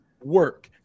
Work